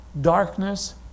darkness